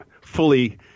fully